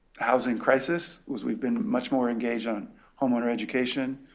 housing crisis was we've been much more engaged on homeowner education,